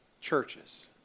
churches